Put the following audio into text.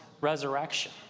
resurrection